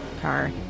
Car